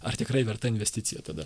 ar tikrai verta investicija tada